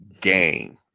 game